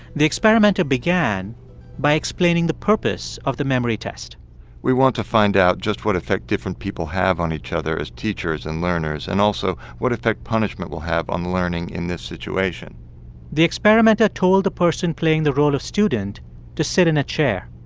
the experimenter began by explaining the purpose of the memory test we want to find out just what effect different people have on each other as teachers and learners and also what effect punishment will have on learning in this situation the experimenter told the person playing the role of student to sit in a chair.